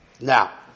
now